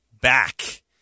back